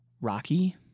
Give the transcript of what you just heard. Rocky